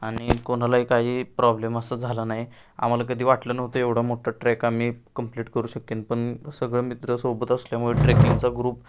आणि कोणालाही काही प्रॉब्लेम असं झाला नाही आम्हाला कधी वाटलं नव्हतं एवढा मोठा ट्रॅक आम्ही कंप्लीट करू शकेन पण सगळं मित्र सोबत असल्यामुळे ट्रेकिंगचा ग्रुप